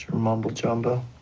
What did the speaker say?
mumbo jumbo